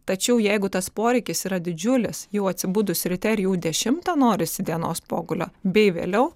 tačiau jeigu tas poreikis yra didžiulis jau atsibudus ryte ir jau dešimtą norisi dienos pogulio bei vėliau